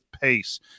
pace